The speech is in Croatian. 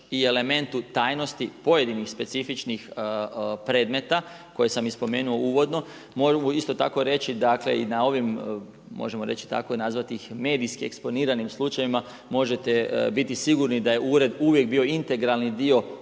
elementu tajnosti pojedinih specifičnih predmeta koje sam spomenuo uvodno možemo isto tako reći i na ovim nazvati ih medijski eksponiranim slučajevima možete biti sigurni da je ured uvijek bio integralni dio